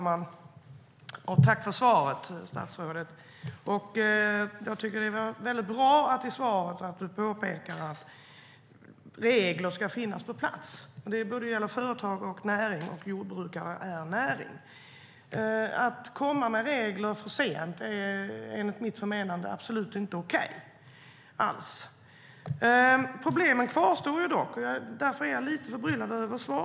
Herr talman! Jag tackar statsrådet för svaret. Det var väldigt bra att statsrådet i svaret påpekade att regler ska finnas på plats. Det gäller både företag och näring, och jordbrukarna tillhör näringen. Att komma med regler för sent är enligt mitt förmenande absolut inte okej alls. Problemet kvarstår dock. Därför är jag lite förbryllad över svaren.